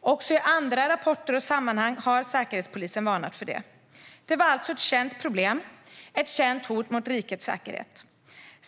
Också i andra rapporter och sammanhang har Säkerhetspolisen varnat för detta. Detta var alltså ett känt problem - ett känt hot mot rikets säkerhet.